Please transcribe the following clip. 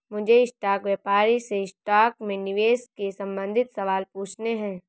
मुझे स्टॉक व्यापारी से स्टॉक में निवेश के संबंधित सवाल पूछने है